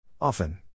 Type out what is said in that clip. Often